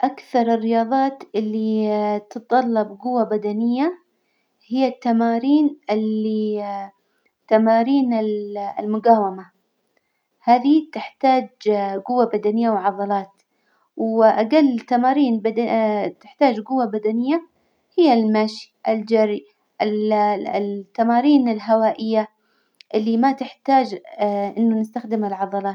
أكثر الرياظات اللي تتطلب جوة بدنية هي التمارين اللي تمارين ال- المجاومة، هذي تحتاج جوة بدنية وعظلات، وأجل تمارين بد- تحتاج جوة بدنية هي المشي، الجري، ال- ال- التمارين الهوائية اللي ما تحتاج إنه نستخدم العظلات.